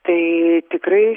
tai tikrai